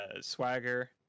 Swagger